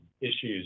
issues